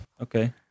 Okay